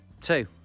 Two